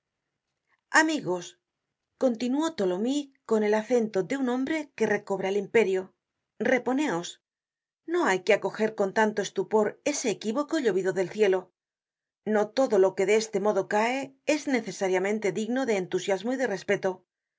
amigos continuó tholomyes con el acento de un hombre que recobra el imperio reponeos no hay que acoger con tanto estupor ese equívoco llovido del cielo no todo lo que de este modo cae es necesariamente digno de entusiasmo y de respeto el